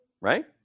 Right